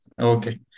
Okay